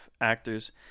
actors